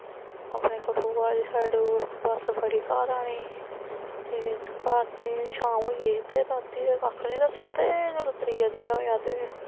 अपने कठुआ आह्ली side bus फड़ी घर आने गी ते घर ते शाम होई गेई ही ते रातीं ते कक्ख निं दस्सेया ते